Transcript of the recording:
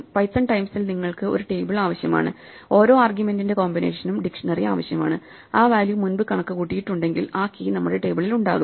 Python ടെംസിൽ നിങ്ങൾക്ക് ഒരു ടേബിൾ ആവശ്യമാണ് ഓരോ ആർഗ്യുമെൻറിന്റെ കോമ്പിനേഷനും ഡിക്ഷണറി ആവശ്യമാണ് ആ വാല്യൂ മുൻപ് കണക്കുകൂട്ടിയിട്ടുണ്ടെങ്കിൽ ആ കീ നമ്മുടെ ടേബിളിൽ ഉണ്ടാകും